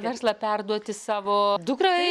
verslą perduoti savo dukrai